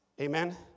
Amen